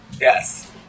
Yes